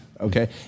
Okay